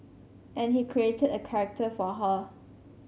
and he created a character for her